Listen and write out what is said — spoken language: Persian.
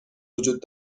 وجود